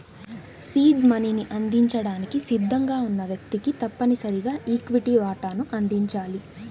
seed మనీని అందించడానికి సిద్ధంగా ఉన్న వ్యక్తికి తప్పనిసరిగా ఈక్విటీ వాటాను అందించాలి